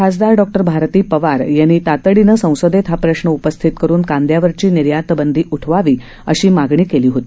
खासदार डॉ भारती पवार यांनी तातडीनं संसदेत हा प्रश्न उपस्थित करुन कांदयावरची निर्यातबंदी उठवावी अशी मागणी केली होती